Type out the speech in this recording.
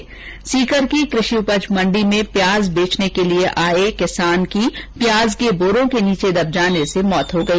्सीकर की क्रषि उपज मंडी में प्याज बेचने के लिए आए किसान की प्याज के बोरों के नीचे दब जाने से मौत हो गई